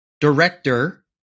director